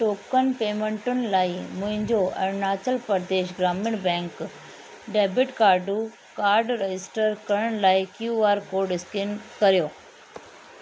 टोकनि पेमेंटुनि लाइ मुंहिंजो अरुणाचल प्रदेश ग्रामीण बैंक डेबिट कार्डु कार्ड रजिस्टर करण लाइ क्यू आर कोड स्कैन करियो